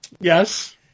Yes